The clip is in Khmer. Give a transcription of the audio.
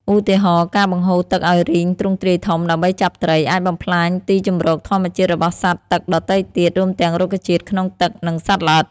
ឧទាហរណ៍ ការបង្ហូរទឹកឲ្យរីងទ្រង់ទ្រាយធំ ដើម្បីចាប់ត្រី អាចបំផ្លាញទីជម្រកធម្មជាតិរបស់សត្វទឹកដទៃទៀត រួមទាំងរុក្ខជាតិក្នុងទឹក និងសត្វល្អិត។